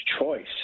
choice